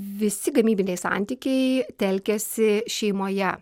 visi gamybiniai santykiai telkiasi šeimoje